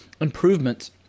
improvements